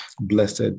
Blessed